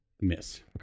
Miss